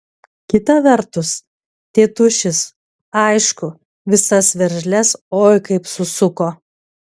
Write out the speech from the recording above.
kita vertus tėtušis aišku visas veržles oi kaip susuko